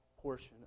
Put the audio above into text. portion